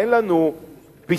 אין לנו פיסופוביה.